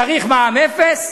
צריך מע"מ אפס,